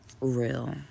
real